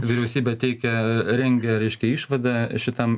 vyriausybė teikia rengia reiškia išvadą šitam